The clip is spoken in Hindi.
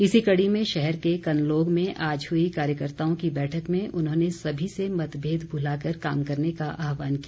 इसी कड़ी में शहर के कनलोग में आज हुई कार्यकर्ताओं की बैठक में उन्होंने सभी से मतमेद भुलाकर काम करने का आहवान किया